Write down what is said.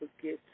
forget